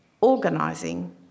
organising